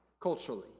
culturally